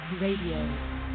Radio